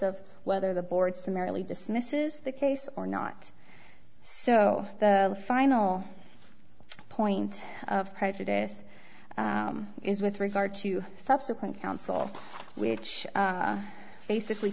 of whether the board summarily dismisses the case or not so the final point of prejudice is with regard to subsequent counsel which basically